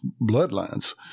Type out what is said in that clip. bloodlines